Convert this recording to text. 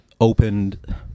opened